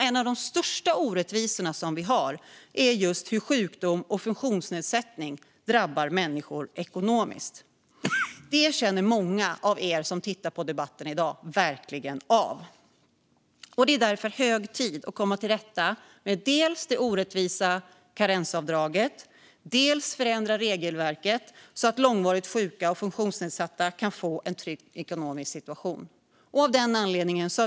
En av de största orättvisorna är just att sjukdom och funktionsnedsättning drabbar människor ekonomiskt. Det känner många av er som tittar på debatten i dag verkligen av. Och det är därför hög tid att dels komma till rätta med det orättvisa karensavdraget, dels förändra regelverket så att långvarigt sjuka och funktionsnedsatta kan få en trygg ekonomisk situation.